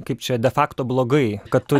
kaip čia de fakto blogai kad tu